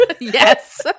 Yes